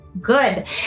Good